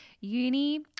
uni